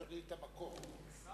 תוכנית "המקור".